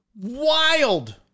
wild